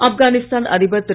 ஆப்கனிஸ்தான் அதிபர் திரு